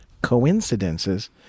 coincidences